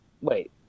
wait